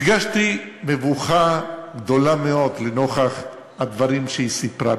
הרגשתי מבוכה גדולה מאוד לנוכח הדברים שהיא סיפרה.